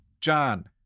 John